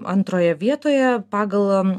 antroje vietoje pagal